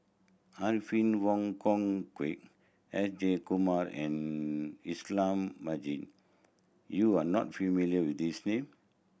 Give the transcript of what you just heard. Alfred Wong Hong Kwok S Jayakumar and Ismail Marjan you are not familiar with these name